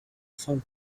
fun